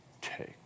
take